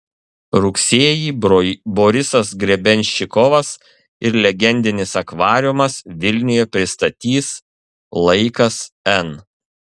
rugsėjį borisas grebenščikovas ir legendinis akvariumas vilniuje pristatys laikas n